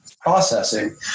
processing